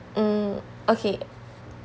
mm okay